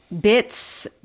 bits